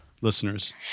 listeners